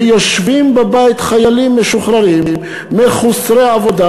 ויושבים בבית חיילים משוחררים מחוסרי עבודה.